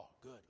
good